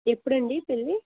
ఎప్పుడు అండి పెళ్ళి